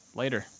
later